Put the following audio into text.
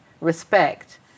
respect